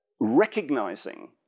recognizing